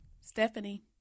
Stephanie